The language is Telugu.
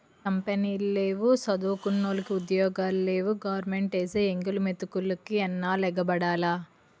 కంపినీలు లేవు సదువుకున్నోలికి ఉద్యోగాలు లేవు గవరమెంటేసే ఎంగిలి మెతుకులికి ఎన్నాల్లు ఎగబడాల